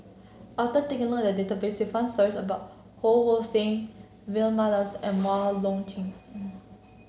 after taking a look at the database we found stories about Ho Hong Sing Vilma Laus and Wong Lip Chin